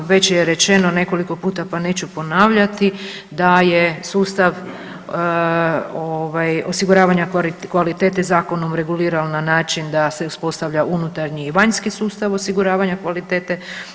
Već je rečeno nekoliko puta, pa neću ponavljati da je sustav osiguravanja kvalitete zakonom reguliran na način da se uspostavlja unutarnji i vanjski sustav osiguravanja kvalitete.